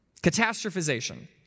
Catastrophization